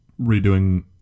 redoing